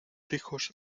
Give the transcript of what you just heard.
hijos